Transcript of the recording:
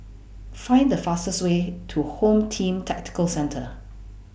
Find The fastest Way to Home Team Tactical Centre